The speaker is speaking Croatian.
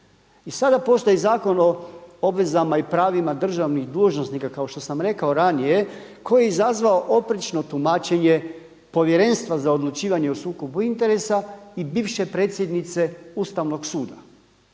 I sada postoji Zakon o obvezama i pravima državnih dužnosnika kao što sam rekao ranije koji je izazvao oprečno tumačenje Povjerenstva za odlučivanje o sukobu interesa i bivše predsjednice Ustavnog suda